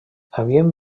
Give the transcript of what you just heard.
havien